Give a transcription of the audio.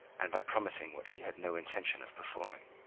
and by promising what he had no intention of performing.